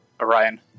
Orion